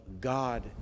God